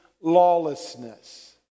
lawlessness